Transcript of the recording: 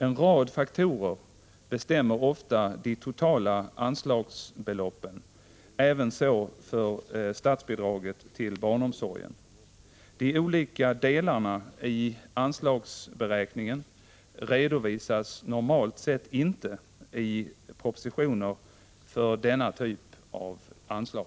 En rad faktorer bestämmer ofta de totala anslagsbeloppen, även så för statsbidraget till barnomsorgen. De olika delarna i anslagsberäkningen redovisas normalt sett inte i propositioner för denna typ av anslag.